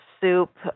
soup